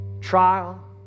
trial